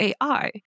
AI